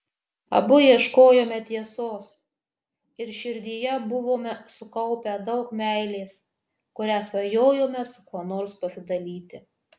abu ieškojome tiesos ir širdyje buvome sukaupę daug meilės kuria svajojome su kuo nors pasidalyti